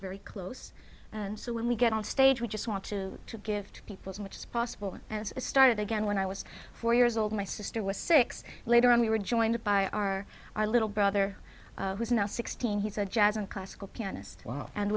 very close and so when we get on stage we just want to give to people as much as possible and started again when i was four years old my sister was six later on we were joined by our our little brother who is now sixteen he said jazz and classical pianist well and